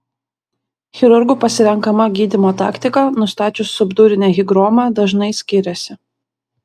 chirurgų pasirenkama gydymo taktika nustačius subdurinę higromą dažnai skiriasi